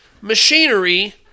machinery